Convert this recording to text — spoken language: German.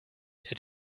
der